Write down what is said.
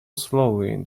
slowly